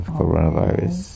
coronavirus